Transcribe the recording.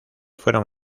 fueron